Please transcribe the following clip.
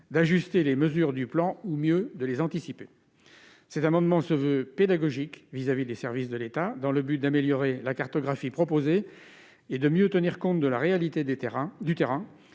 ajuster les mesures du plan ou, mieux, les anticiper. Cet amendement se veut pédagogique vis-à-vis des services de l'État. Il s'agit d'améliorer la cartographie proposée et de mieux tenir compte de la réalité du terrain,